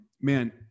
man